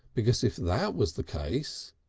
because if that was the case!